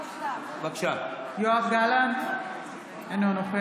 מירי רגב, נא לשבת.